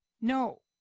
no